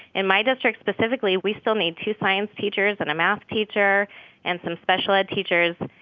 in my district specifically, we still need two science teachers and a math teacher and some special ed teachers.